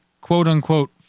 quote-unquote